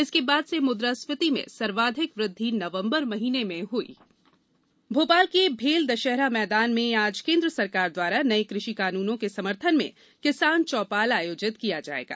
इसके बाद से मुद्रास्फीसति में सर्वाधिक वृद्धि नवम्बर महीने में हुई किसान चौपाल भोपाल के भेल दशहरा मैदान में आज केंद्र सरकार द्वारा नये कृषि कानूनों के समर्थन में किसान चौपाल आयोजित किया जायेगा